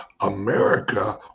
America